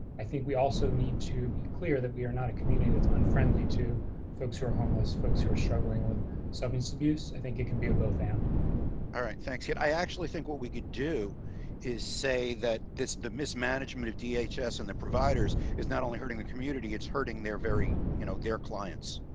i think we also need to be clear that we are not a community that's unfriendly to folks who are homeless folks who are struggling with substance abuse. i think it can be a both end alright, thanks. yeah, i actually think what we could do is say that this the mismanagement of dhs yeah and the providers is not only hurting the community. it's hurting their very you know their clients.